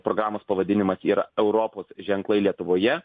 programos pavadinimas yra europos ženklai lietuvoje